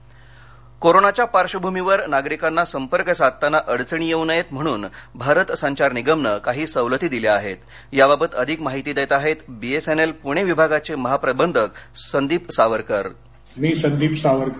BSNL कोरोनाच्या पार्श्वभूमीवर नागरीकांना संपर्क साधताना अडचणी येऊ नयेत म्हणून भारत संचार निगमनं काही सवलती दिल्या आहेत याबाबत माहिती अधिक देत आहेत बीएसएनएल पुणे विभागाचे महाप्रबंधक संदीप सावरकर